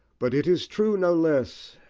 but it is true, no less,